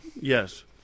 Yes